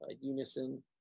Unison